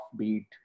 offbeat